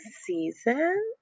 season